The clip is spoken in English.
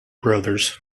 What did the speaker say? brothers